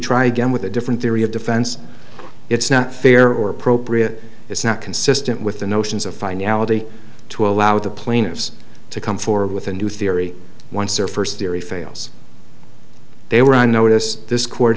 try again with a different theory of defense it's not fair or appropriate it's not consistent with the notions of finality to allow the plaintiffs to come forward with a new theory once their first theory fails they were on notice this court